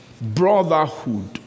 brotherhood